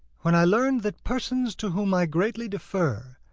when i learned that persons to whom i greatly defer,